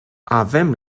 avem